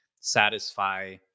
satisfy